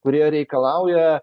kurie reikalauja